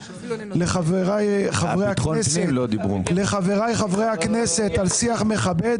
לחבריי חברי הכנסת על שיח מכבד.